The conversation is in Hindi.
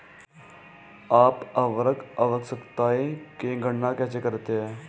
आप उर्वरक आवश्यकताओं की गणना कैसे करते हैं?